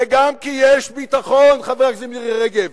וגם כי יש ביטחון, חברת הכנסת מירי רגב.